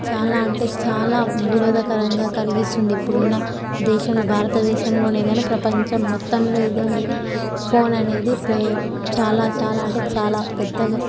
చాలా అంటే చాలా వినోదకరంగా కలిగిస్తుంది ఇప్పుడున్న దేశంలో భారతదేశంలోనే కానీ ప్రపంచం మొత్తంలో ఇదనేది ఫోన్ అనేది ప్రే చాలా చాలా అంటే చాలా పెద్దగా